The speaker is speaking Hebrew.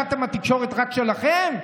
חשבתם שהתקשורת רק שלכם?